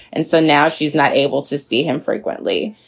and so now she's not able to see him frequently.